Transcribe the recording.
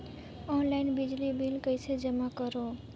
Online बिजली bill कइसे जमा करव?